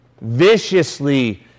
Viciously